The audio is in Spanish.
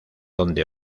donde